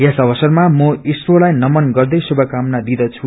स अवसरमा म ईस्रोलाई नमन गर्दै शुभकानमना दिँददु